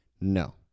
No